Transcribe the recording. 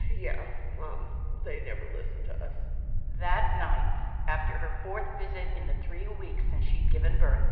yeah, mom, they never listen to us that night, after her fourth visit in the three weeks since she'd given birth,